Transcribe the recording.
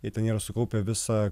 ir ten jie yra sukaupę visą